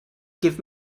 give